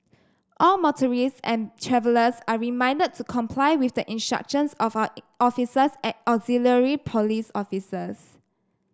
all motorists and travellers are reminded to comply with the of our officers and auxiliary police officers